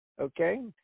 okay